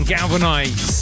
Galvanize